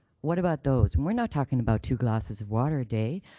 what about those? and we're not talking about two glasses of water a day.